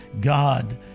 God